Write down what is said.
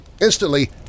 Instantly